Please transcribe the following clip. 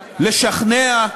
לשכנע,